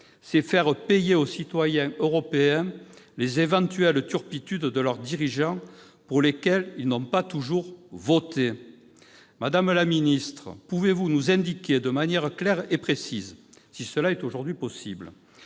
c'est faire payer aux citoyens européens les éventuelles turpitudes de leurs dirigeants, pour lesquels ils n'ont pas toujours voté. Pouvez-vous nous indiquer de manière claire et précise, si cela est aujourd'hui possible,